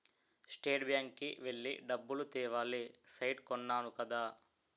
state bank కి వెళ్లి డబ్బులు తేవాలి సైట్ కొన్నాను కదా